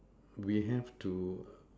we have to err